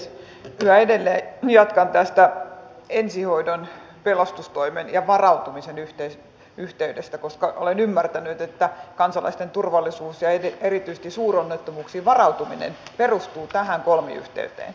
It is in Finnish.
yhä edelleen jatkan tästä ensihoidon pelastustoimen ja varautumisen yhteydestä koska olen ymmärtänyt että kansalaisten turvallisuus ja erityisesti suuronnettomuuksiin varautuminen perustuu tähän kolmiyhteyteen